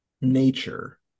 nature